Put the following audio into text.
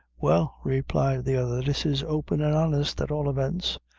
well, replied the other, this is open and honest, at all events.